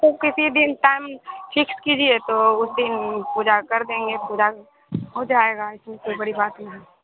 तो किसी दिन टाइम फिक्स कीजिए तो उस दिन पूजा कर देंगे पूरा हो जाएगा इसमें कोई बड़ी बात नहीं